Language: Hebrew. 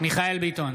מיכאל ביטון